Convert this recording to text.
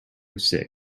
six